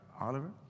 Oliver